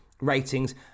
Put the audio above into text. ratings